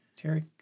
terry